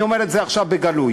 אני אומר את זה עכשיו בגלוי.